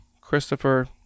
Christopher